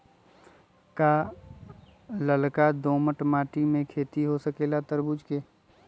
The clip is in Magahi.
का लालका दोमर मिट्टी में खेती हो सकेला तरबूज के?